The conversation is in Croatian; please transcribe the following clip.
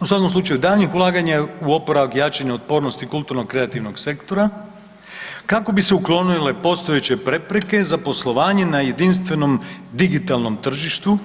U svakom slučaju daljnjih ulaganja u oporavak i jačanje otpornosti kulturno-kreativnog sektora kako bi se uklonile postojeće prepreke za poslovanje na jedinstvenom digitalnom tržištu,